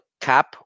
cap